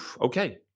Okay